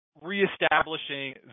reestablishing